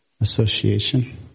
association